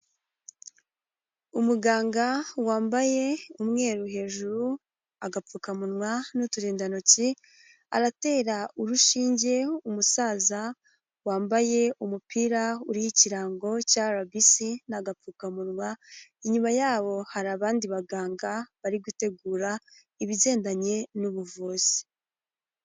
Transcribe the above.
Umuganga wambaye umweru hejuru, agapfukamunwa, n'uturindantoki, aratera urushinge umusaza wambaye umupira uriho ikirango cya arabise n'agapfukamunwa, inyuma yabo hari abandi baganga bari gutegura ibigendanye n'ubuvuzi.